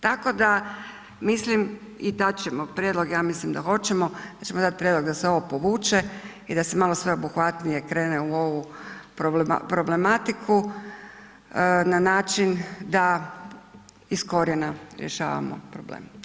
Tako da mislim i da ćemo prijedlog, ja mislim da hoćemo, da ćemo dat prijedlog da se ovo povuče i da se malo sveobuhvatnije krene u ovu problematiku na način da iz korijena rješavamo problem, hvala lijepo.